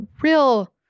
real